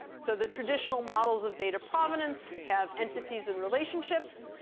so the traditional models of data provenance have entities and relationships.